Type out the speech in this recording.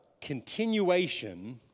continuation